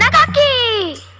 yeah da da